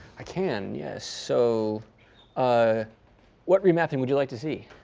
can, yes. so ah what remapping would you like to see?